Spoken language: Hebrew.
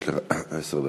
יש לך עשר דקות.